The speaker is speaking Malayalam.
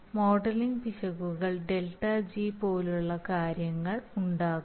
മോഡലിംഗ് പിശകുകൾ ΔG പോലുള്ള കാര്യങ്ങൾ ഉണ്ടാകും